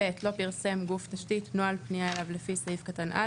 (ב) לא פרסם גוף תשתית נוהל פנייה אליו לפי סעיף קטן (א),